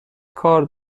کار